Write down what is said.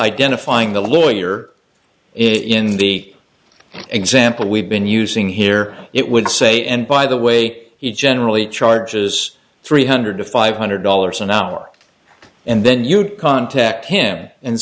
identifying the lawyer in the example we've been using here it would say and by the way he generally charges three hundred to five hundred dollars an hour and then you'd contact him and